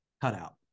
cutout